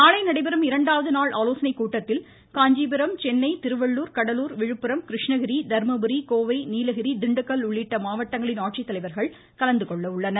நாளை நடைபெறும் இரண்டாவது நாள் ஆலோசனைக் கூட்டத்தில் காஞ்சிபுரம் சென்னை திருவள்ளுர் கடலூர் விழுப்புரம் கிருஷ்ணகிரி தர்மபுரி கோவை நீலகிரி திண்டுக்கல் உள்ளிட்ட மாவட்டங்களின் உள்ளனர்